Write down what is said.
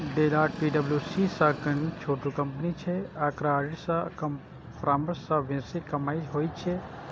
Deloitte पी.डब्ल्यू.सी सं कने छोट कंपनी छै, एकरा ऑडिट सं कम परामर्श सं बेसी कमाइ होइ छै